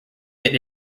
that